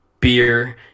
Beer